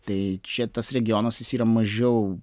tai čia tas regionas yra jis mažiau